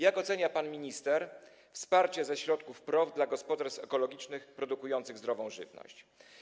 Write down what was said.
Jak pan minister ocenia wsparcie ze środków PROW dla gospodarstw ekologicznych produkujących zdrową żywność?